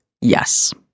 yes